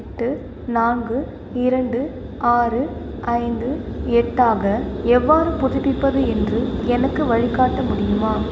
எட்டு நான்கு இரண்டு ஆறு ஐந்து எட்டாக எவ்வாறு புதுப்பிப்பது என்று எனக்கு வழிகாட்ட முடியுமா